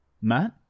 Matt